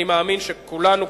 אני מאמין שכולנו,